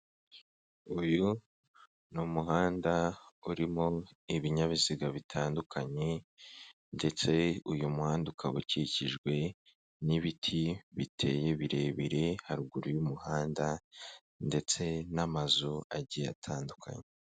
Uyu ni umuhanda urimo ibinyabiziga bitandukanye ndetse uyu muhanda ukaba ukikijwe n'ibiti biteye birebire haruguru y'umuhanda ndetse n'amazu agiye atandukanye.